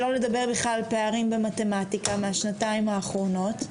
שלא לדבר בכלל על פערים במתמטיקה מהשנתיים האחרונות.